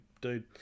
dude